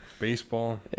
baseball